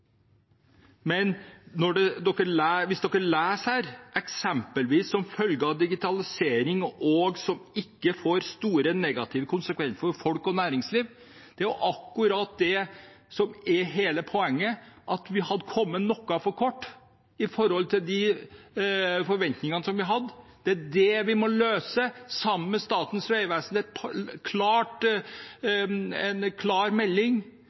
som følge av digitalisering, og som ikke får store negative konsekvenser for folk og næringsliv.» Det er jo akkurat det som er hele poenget; vi hadde kommet noe for kort i forhold til de forventningene vi hadde. Det er det vi må løse sammen med Statens vegvesen. Det er